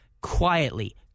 quietly